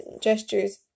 gestures